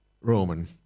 Roman